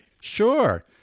Sure